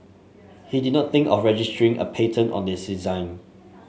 he did not think of registering a patent on this design